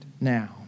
now